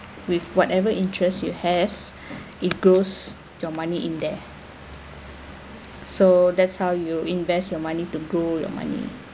with whatever interest you have it goes your money in there so that's how you invest your money to grow your money